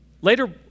Later